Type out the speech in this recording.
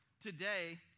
today